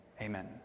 Amen